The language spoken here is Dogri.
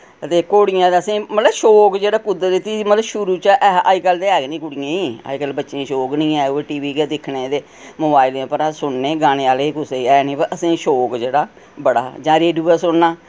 ते घोड़ियां ते असें मतलब शौक जेह्ड़ा कुदरती मतलब शुरू चा है हा अज्जकल ते है गै नि कुड़ियें ई अज्जकल बच्चें शौक नि ऐ ओह् टीवी गै दिक्खने ते मोबाइलें पर गै सुनने गाने आह्ले कुसै है नि वा असें शोक जेह्ड़ा बड़ा जां रेडुआ सुनना